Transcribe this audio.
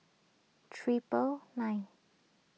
triple nine